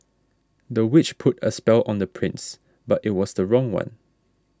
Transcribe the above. the witch put a spell on the prince but it was the wrong one